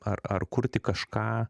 ar ar kurti kažką